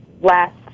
last